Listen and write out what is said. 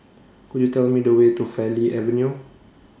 Could YOU Tell Me The Way to Farleigh Avenue